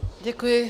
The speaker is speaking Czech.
Děkuji.